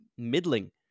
middling